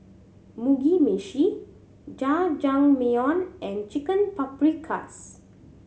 Mugi Meshi Jajangmyeon and Chicken Paprikas